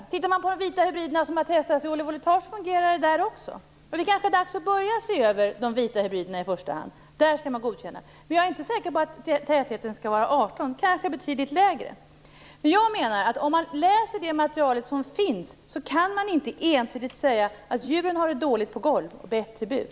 Om man tittar på de vita hybrider som har testats i Oli-Voletage ser man att det fungerar där också. Det är kanske dags att börja se över de vita hybriderna i första hand. När det gäller dem skall man godkänna. Men jag är inte säker på att tätheten skall vara 18 höns per kvadratmeter. Den kanske skall vara betydligt lägre. Om man läser det material som finns kan man inte ensidigt säga att djuren har det dåligt på golv och bättre i bur.